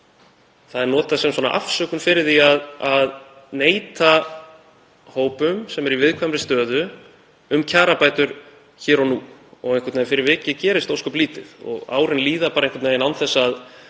séu notuð sem afsökun fyrir því að neita hópum sem eru í viðkvæmri stöðu um kjarabætur hér og nú. Og fyrir vikið gerist ósköp lítið; árin líða bara einhvern veginn án þess að